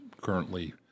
currently